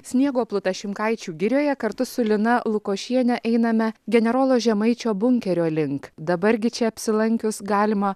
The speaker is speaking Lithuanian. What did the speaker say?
sniego plutą šimkaičių girioje kartu su lina lukošienė einame generolo žemaičio bunkerio link dabar gi čia apsilankius galima